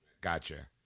gotcha